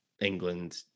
England